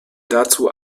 dazu